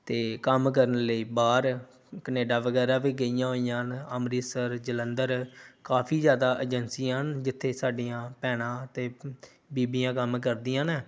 ਅਤੇ ਕੰਮ ਕਰਨ ਲਈ ਬਾਹਰ ਕਨੇਡਾ ਵਗੈਰਾ ਵੀ ਗਈਆਂ ਹੋਈਆਂ ਹਨ ਅੰਮ੍ਰਿਤਸਰ ਜਲੰਧਰ ਕਾਫ਼ੀ ਜ਼ਿਆਦਾ ਏਜੰਸੀਆਂ ਹਨ ਜਿੱਥੇ ਸਾਡੀਆਂ ਭੈਣਾਂ ਅਤੇ ਬੀਬੀਆਂ ਕੰਮ ਕਰਦੀਆਂ ਹਨ